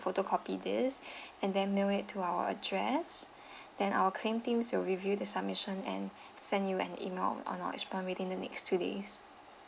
photocopy this and then mail it to our address then our claim teams will review the submission and send you an email acknowledgement within the next two days